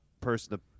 person